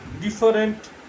different